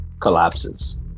Collapses